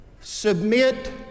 Submit